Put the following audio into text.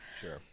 sure